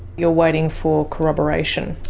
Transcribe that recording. you're waiting for corroboration?